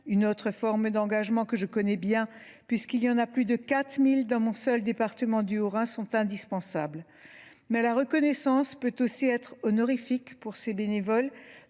une autre forme d’engagement que je connais bien puisqu’il y en a plus de 4 000 dans mon seul département du Haut Rhin – sont indispensables. La reconnaissance peut aussi être honorifique pour ces bénévoles,